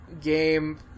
game